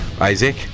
Isaac